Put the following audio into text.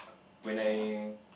when I